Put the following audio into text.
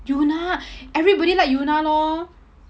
yoona everybody like yoona lor